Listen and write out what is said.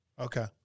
Okay